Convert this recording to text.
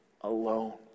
alone